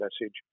message